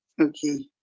okay